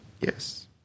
yes